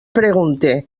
pregunte